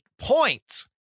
points